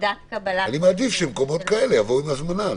אני מעדיף שלמקומות כאלה יבואו עם הזמנה.